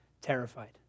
terrified